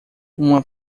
uma